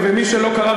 ומי שלא קרא,